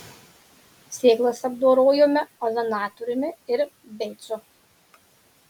sėklas apdorojome ozonatoriumi ir beicu